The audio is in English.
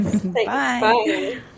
Bye